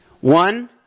One